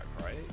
right